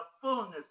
fullness